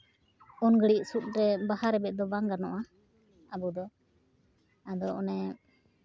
ᱩᱱ ᱜᱷᱟᱹᱲᱤᱡ ᱥᱩᱫᱽᱨᱮ ᱵᱟᱦᱟ ᱨᱮᱵᱮᱫ ᱫᱚ ᱵᱟᱝ ᱜᱟᱱᱚᱜᱼᱟ ᱟᱵᱚ ᱫᱚ ᱟᱫᱚ ᱚᱱᱮ